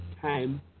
time